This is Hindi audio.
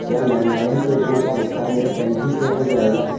क्या लैंडलाइन के बिल का भुगतान नेट बैंकिंग से हो जाएगा?